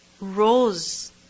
rose